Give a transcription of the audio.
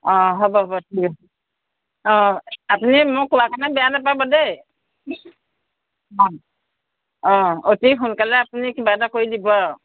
অঁ হ'ব বাৰু ঠিক আছে অঁ আপুনি মোক কোৱাৰ কাৰণে বেয়া নেপাব দেই অঁ অতি সোনকালে আপুনি কিবা এটা কৰি দিব আৰু